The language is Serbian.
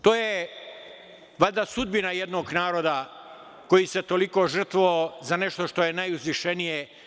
To je valjda sudbina jednog naroda koji se toliko žrtvovao za nešto što je najuzvišenije.